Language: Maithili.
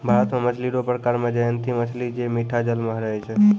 भारत मे मछली रो प्रकार मे जयंती मछली जे मीठा जल मे रहै छै